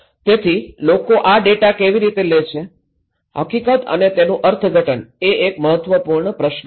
તેથી લોકો આ ડેટા કેવી રીતે લે છે હકીકત અને તેનું અર્થઘટન એ એક મહત્વપૂર્ણ પ્રશ્ન છે